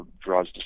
draws